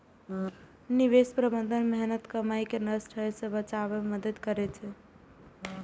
निवेश प्रबंधन मेहनतक कमाई कें नष्ट होइ सं बचबै मे मदति करै छै